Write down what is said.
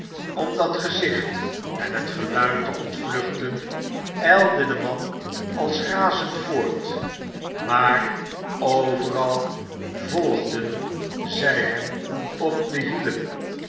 om dat gezicht en dat geluid te ontvluchten ijlde de man als razend voort maar overal volgden zij hem op de hielen